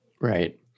Right